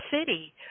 City